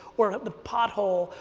or the pothole,